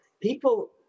people